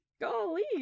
Golly